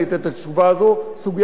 סוגיית הדיור הציבורי,